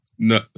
No